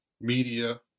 media